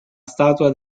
statua